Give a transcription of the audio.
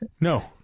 No